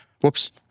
Whoops